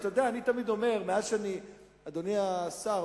אדוני השר,